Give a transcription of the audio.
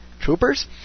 Troopers